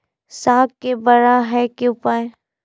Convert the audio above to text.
साग के बड़ा है के उपाय?